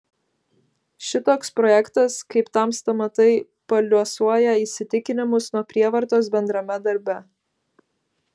šitoks projektas kaip tamsta matai paliuosuoja įsitikinimus nuo prievartos bendrame darbe